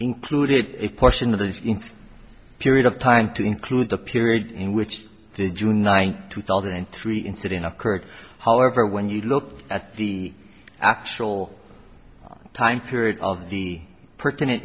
included a portion of the period of time to include the period in which the june ninth two thousand and three incident occurred however when you look at the actual time period of the pertinent